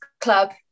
Club